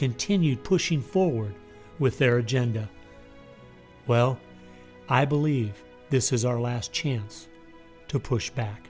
continued pushing forward with their agenda well i believe this is our last chance to push back